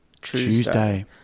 Tuesday